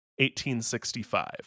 1865